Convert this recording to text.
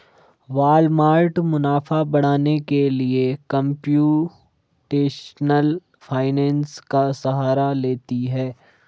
Walmart मुनाफा बढ़ाने के लिए कंप्यूटेशनल फाइनेंस का सहारा लेती है